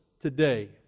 today